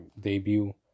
debut